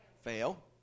Fail